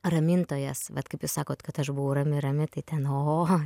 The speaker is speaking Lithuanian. ramintojas vat kaip jūs sakot kad aš buvau rami rami tai ten o